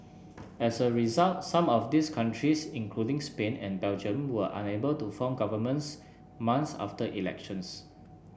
as a result some of these countries including Spain and Belgium were unable to form governments months after elections